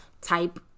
type